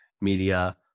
media